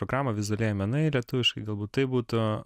programą vizualieji menai lietuviškai galbūt taip būtų